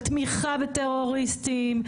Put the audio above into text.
של תמיכה בטרוריסטים,